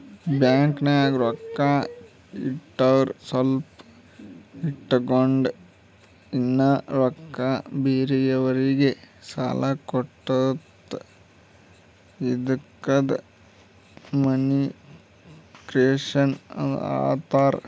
ಬ್ಯಾಂಕ್ನಾಗ್ ರೊಕ್ಕಾ ಇಟ್ಟುರ್ ಸ್ವಲ್ಪ ಇಟ್ಗೊಂಡ್ ಇನ್ನಾ ರೊಕ್ಕಾ ಬೇರೆಯವ್ರಿಗಿ ಸಾಲ ಕೊಡ್ತುದ ಇದ್ದುಕ್ ಮನಿ ಕ್ರಿಯೇಷನ್ ಆಂತಾರ್